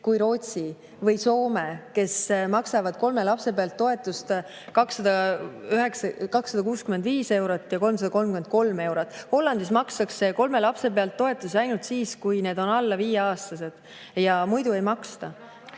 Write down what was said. kui Rootsi või Soome, kes maksavad kolme lapse pealt toetust 265 eurot ja 333 eurot. Hollandis makstakse kolme lapse pealt toetusi ainult siis, kui need on alla viieaastased, muidu ei maksta.